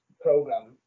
program